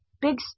Big